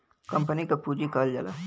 company क पुँजी कहल जाला